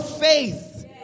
faith